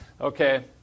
Okay